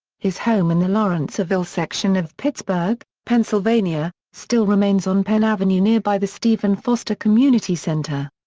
his home in the lawrenceville section of pittsburgh, pennsylvania, still remains on penn avenue nearby the stephen foster community center.